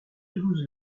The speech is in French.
toulouse